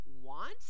want